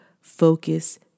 focus